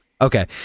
Okay